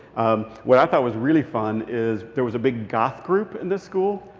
what i thought was really fun is there was a big goth group in this school.